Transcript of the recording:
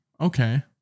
okay